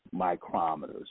micrometers